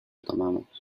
tomamos